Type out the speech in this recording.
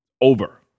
Over